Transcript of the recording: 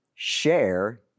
Share